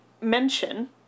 mention